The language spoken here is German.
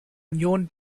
union